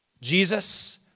Jesus